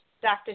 Dr